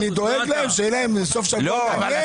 לא, אני דואג להם, שיהיה להם סוף שבוע מעניין.